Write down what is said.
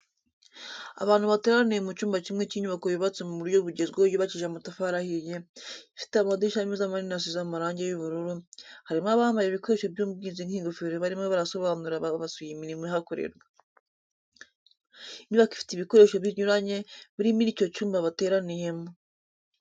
Abantu bateraniye mu cyumba kimwe cy'inyubako yubatse mu buryo bugezweho yubakishije amatafari ahiye, ifite amadirishya meza manini asize amarangi y'ubururu, harimo abambaye ibikoresho by'ubwirinzi nk'ingofero barimo barasobanurira ababasuye imirimo ihakorerwa. Inyubako ifite ibikoresho binyuranye biri muri icyo cyumba bateraniyemo.